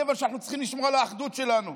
כיוון שאנחנו צריכים לשמור על האחדות שלנו.